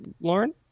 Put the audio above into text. Lauren